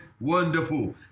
wonderful